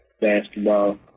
basketball